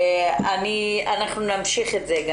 אנחנו גם נמשיך את זה.